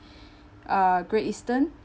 uh great eastern